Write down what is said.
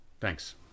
Thanks